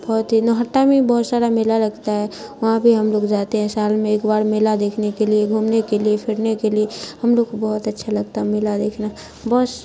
بہت ہی نہٹا میں بہت سارا میلا لگتا ہے وہاں بھی ہم لوگ جاتے ہیں سال میں ایک بار میلا دیکھنے کے لیے گھومنے کے لیے فرنے کے لیے ہم لوگ کو بہت اچھا لگتا ہے میلا دیکھنا بس